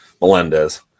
Melendez